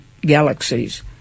galaxies